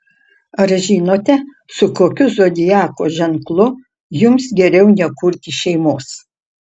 ar žinote su kokiu zodiako ženklu jums geriau nekurti šeimos